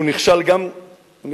הוא נכשל במים.